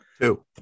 Two